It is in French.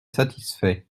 satisfait